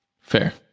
Fair